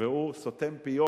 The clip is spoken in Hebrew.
והוא סותם פיות.